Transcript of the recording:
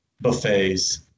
Buffets